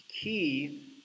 Key